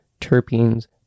terpenes